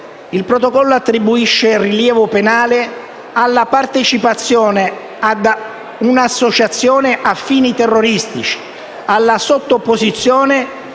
il Protocollo attribuisce rilievo penale alla partecipazione ad un'associazione a fini terroristici; alla sottoposizione